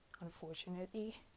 unfortunately